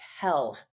tell